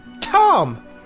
Tom